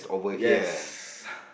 yes